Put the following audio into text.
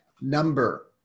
number